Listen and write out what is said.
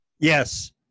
Yes